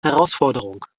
herausforderung